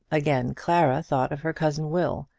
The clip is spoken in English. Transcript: again clara thought of her cousin will.